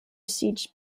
siege